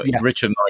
richard